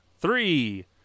three